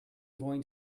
going